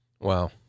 Wow